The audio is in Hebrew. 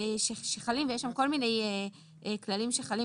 שחלים ויש שם כל מיני כללים שחלים.